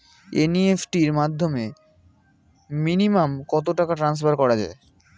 NEFT র মাধ্যমে minimum কত টাকা টান্সফার করা যায়?